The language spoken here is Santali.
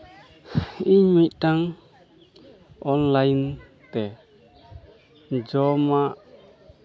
ᱤᱧ ᱢᱤᱫᱴᱟᱝ ᱚᱱᱞᱟᱭᱤᱱ ᱛᱮ ᱡᱚᱢᱟᱜ